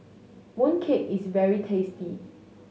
mooncake is very tasty